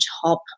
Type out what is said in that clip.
top